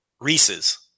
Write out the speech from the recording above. Reese's